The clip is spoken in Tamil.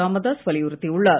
ராமதாஸ் வலியுறுத்தியுள்ளார்